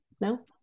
No